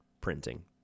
printing